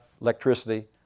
electricity